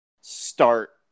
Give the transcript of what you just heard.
start